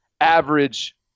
average